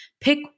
pick